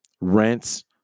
Rents